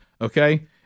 okay